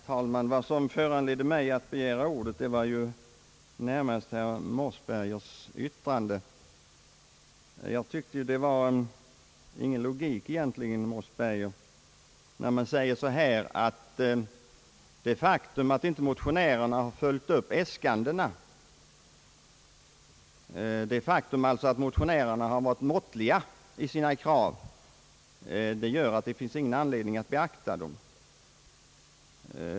Herr talman! Vad som föranledde mig att begära ordet var närmast herr Mossbergers yttrande. Jag tycker inte att det är någon 1logik, herr Mossberger, när man säger att det faktum att motionärerna inte följt upp äskandena utan varit måttliga i sina krav gör att det inte finns anledning att beakta dessa.